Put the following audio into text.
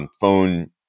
Phone